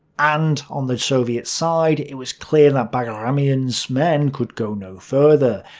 and, on the soviet side, it was clear that bagramian's men could go no further.